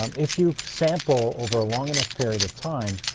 um if you sample over a long enough period of time,